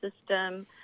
system